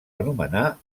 anomenar